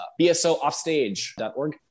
bsooffstage.org